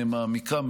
מעמיקה,